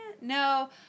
No